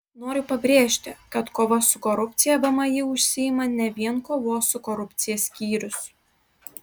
noriu pabrėžti kad kova su korupcija vmi užsiima ne vien kovos su korupcija skyrius